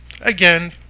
again